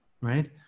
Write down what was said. right